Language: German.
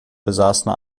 besaßen